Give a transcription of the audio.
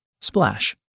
Splash